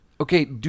okay